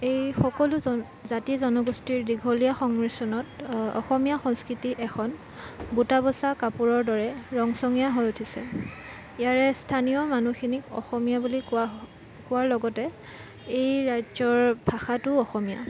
এই সকলো জাতি জনগোষ্ঠীৰ দীঘলীয়া সংমিশ্ৰণত অসমীয়া সংস্কৃতি এখন বুটাবছা কাপোৰৰ দৰে ৰংচঙীয়া হৈ উঠিছে ইয়াৰে স্থানীয় মানুহখিনিক অসমীয়া বুলি কোৱা হ কোৱাৰ লগতে এই ৰাজ্য়ৰ ভাষাটোও অসমীয়া